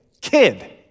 kid